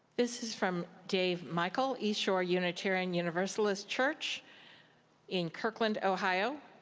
this is from dave michael, east shore unitarian universalist church in kirkland, ohio.